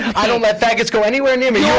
i don't let faggots go anywhere near me. you're